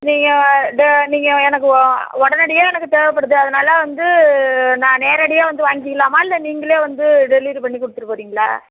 நீங்கள் டோ நீங்கள் எனக்கு ஓ உடனடியா எனக்கு தேவைப்படுது அதனால் வந்து நான் நேரடியாக வந்து வாங்கிக்கிலாமா இல்லை நீங்களே வந்து டெலிவரி பண்ணி கொடுத்துரு போறீங்களா